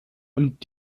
und